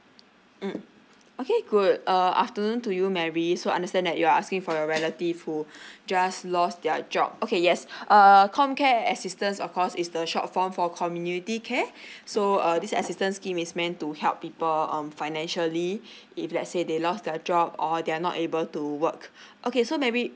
mm okay good uh afternoon to you mary so understand that you're asking for your relative who just lost their job okay yes err comcare assistance of course is the short form for community care so uh this assistance scheme is meant to help people um financially if let's say they lost their job or they're not able to work okay so maybe